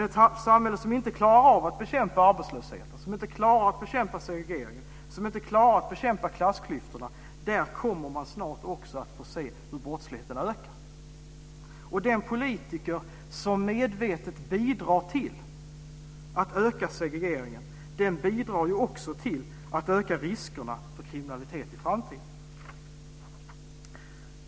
I ett samhälle som inte klarar av att bekämpa arbetslösheten, som inte klarar av att bekämpa segregeringen, som inte klarar av att bekämpa klassklyftorna kommer man snart också att få se hur brottsligheten ökar. Den politiker som medvetet bidrar till att öka segregeringen bidrar också till att öka riskerna för kriminalitet i framtiden.